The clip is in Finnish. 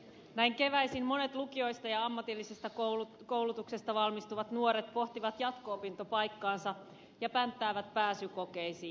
näin keväisin monet lukioista ja ammatillisesta koulutuksesta valmistuvat nuoret pohtivat jatko opintopaikkaansa ja pänttäävät pääsykokeisiin